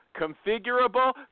configurable